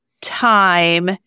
time